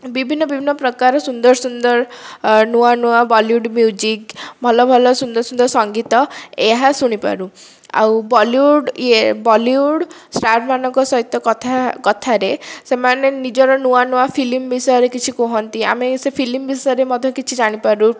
ବିଭିନ୍ନ ବିଭିନ୍ନ ପ୍ରକାର ସୁନ୍ଦର ସୁନ୍ଦର ନୂଆ ନୂଆ ବଲିଉଡ଼ ମ୍ୟୁଜିକ ଭଲ ଭଲ ସୁନ୍ଦର ସୁନ୍ଦର ସଙ୍ଗୀତ ଏହା ଶୁଣିପାରୁ ଆଉ ବଲିଉଡ଼ ୟେ ବଲିଉଡ଼ ଷ୍ଟାର ମାନଙ୍କ ସହିତ କଥା କଥାରେ ସେମାନେ ନିଜର ନୂଆ ନୂଆ ଫିଲ୍ମ ବିଷୟରେ କିଛି କୁହନ୍ତି ଆମେ ସେ ଫିଲ୍ମ ବିଷୟରେ ମଧ୍ୟ କିଛି ଜାଣିପାରୁ